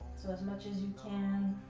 so as much as you can,